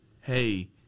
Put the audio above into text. Hey